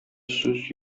сүз